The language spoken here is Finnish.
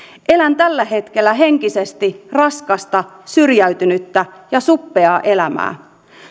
elän tällä hetkellä henkisesti raskasta syrjäytynyttä ja suppeaa elämää